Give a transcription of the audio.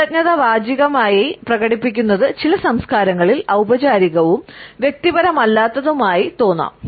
കൃതജ്ഞത വാചികമായി പ്രകടിപ്പിക്കുന്നത് ചില സംസ്കാരങ്ങളിൽ ഔപചാരികവും വ്യക്തിപരമല്ലാത്തതുമായി തോന്നാം